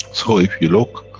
so if you look,